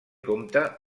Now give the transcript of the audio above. compta